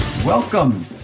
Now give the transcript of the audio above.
Welcome